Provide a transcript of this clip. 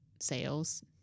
sales